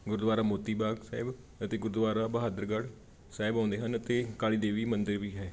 ਗੁਰਦੁਆਰਾ ਮੋਤੀ ਬਾਗ ਸਾਹਿਬ ਅਤੇ ਗੁਰਦੁਆਰਾ ਬਹਾਦਰਗੜ੍ਹ ਸਾਹਿਬ ਆਉਂਦੇ ਹਨ ਅਤੇ ਕਾਲੀ ਦੇਵੀ ਮੰਦਰ ਵੀ ਹੈ